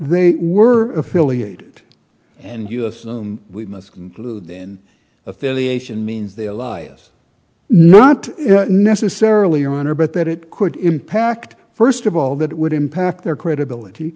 they were affiliated and us we must conclude in affiliation means their lives not necessarily your honor but that it could impact first of all that it would impact their credibility